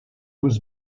was